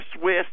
Swiss